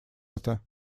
это